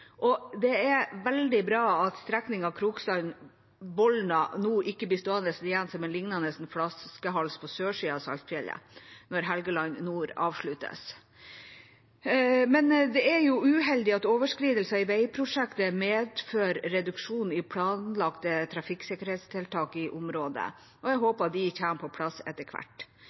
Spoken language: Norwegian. Det er veldig bra at strekningen Krokstrand–Bolna ikke blir stående igjen som en lignende flaskehals på sørsiden av Saltfjellet når Helgeland nord avsluttes. Det er uheldig at overskridelser i veiprosjektet medfører reduksjon i planlagte trafikksikkerhetstiltak i området, og jeg håper de kommer på plass etter hvert.